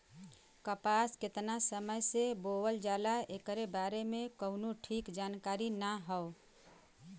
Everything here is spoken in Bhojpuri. कपास केतना समय से बोअल जाला एकरे बारे में कउनो ठीक जानकारी ना हौ